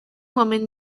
woman